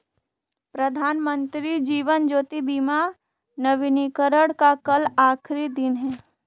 प्रधानमंत्री जीवन ज्योति बीमा नवीनीकरण का कल आखिरी दिन है